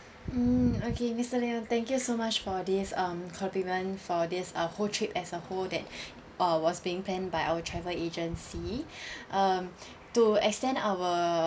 mm okay mister leon thank you so much for this um compliment for this uh whole trip as a whole that uh was being planned by our travel agency um to extend our